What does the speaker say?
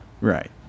Right